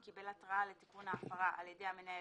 קיבל התראה לתיקון ההפרה על ידי המנהל